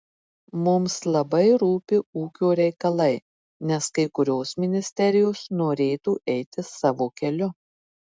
mums labai rūpi ūkio reikalai nes kai kurios ministerijos norėtų eiti savo keliu